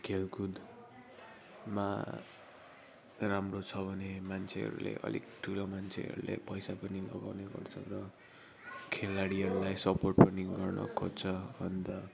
खेलकुदमा राम्रो छ भने मान्छेहरूले अलिक ठुलो मान्छेहरूले पैसा पनि लगाउने गर्छ र खेलाडीहरूलाई सपोर्ट पनि गर्न खोज्छ अन्त